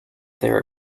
their